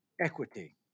equity